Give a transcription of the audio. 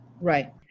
Right